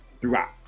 throughout